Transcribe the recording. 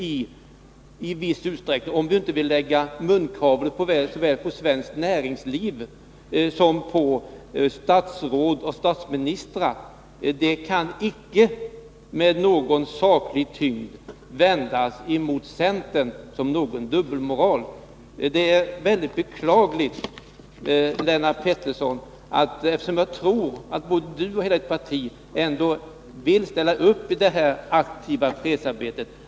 Det går inte — om vi inte lägger munkavle på såväl företrädare för svenskt näringsliv som statsråd och ministrar — att tala om dubbelmoral när det gäller något som olika regeringar inte kunnat undvika att i viss utsträckning spela med i. Jag tror att Lennart Pettersson och hela hans parti ändå vill ställa upp i det aktiva fredsarbetet.